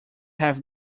have